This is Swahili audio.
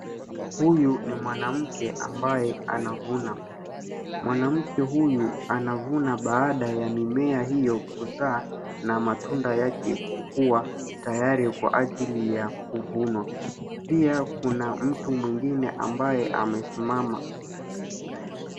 Hutu ni mwanamke ambaye anavuna. Mwanamke huyu anavuna baada ya mimea hiyo kuzaa na matunda yake kukua tayari kwa ajili ya kuvunwa. Pia, kuna mtu mwingine ambaye amesimama.